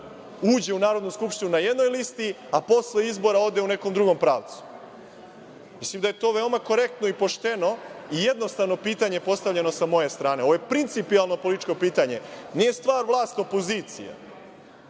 uđe u Narodnu skupštinu na jednoj listi, a posle izbora ode u nekom drugom pravcu? Mislim da je to veoma korektno i pošteno i jednostavno pitanje, postavljeno sa moje strane. Ovo je principijelno političko pitanje. Nije stvar vlast-opozicija.